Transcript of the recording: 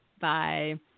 Bye